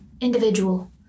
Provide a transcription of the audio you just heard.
individual